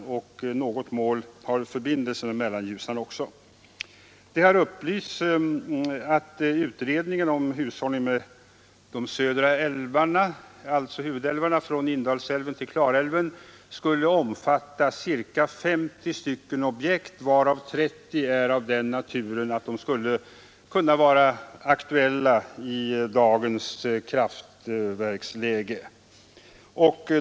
Ytterligare något mål har också förbindelse med Mellanljusnan. Det har upplysts att utredningen om hushållningen rörande de södra huvudälvarna från Indalsälven till Klarälven skulle omfatta ca 50 objekt, varav 30 är av den karaktären att de skulle kunna vara aktuella i dagens kraftverksläge.